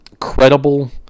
credible